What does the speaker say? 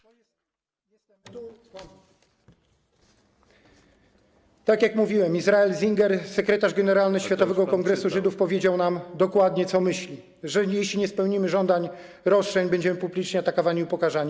Tak jak mówiłem, Israel Singer, sekretarz generalny Światowego Kongresu Żydów, powiedział nam dokładnie, co myśli: że jeśli nie spełnimy żądań, roszczeń, będziemy publicznie atakowani i upokarzani.